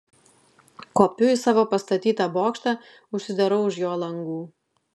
kopiu į savo pastatytą bokštą užsidarau už jo langų